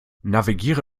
navigiere